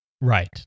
Right